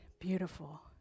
beautiful